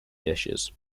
dishes